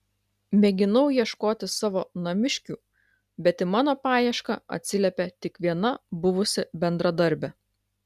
mėginau ieškoti savo namiškių bet į mano paiešką atsiliepė tik viena buvusi bendradarbė